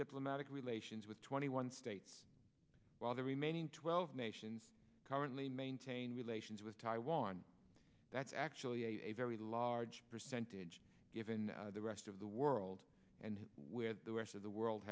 diplomatic relations with twenty one states while the remaining twelve nations currently maintain relations with taiwan that's actually a very large percentage given the rest of the world and where the rest of the world